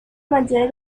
maggiore